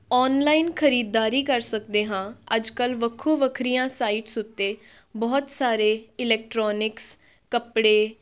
online ਖਰੀਦਦਾਰੀ ਕਰ ਸਕਦੇ ਹਾਂ ਅੱਜ ਕੱਲ੍ਹ ਵੱਖੋ ਵੱਖਰੀਆਂ ਸਾਈਟਸ ਉੱਤੇ ਬਹੁਤ ਸਾਰੇ ਇਲੈਕਟਰੋਨਿਕਸ ਕੱਪੜੇ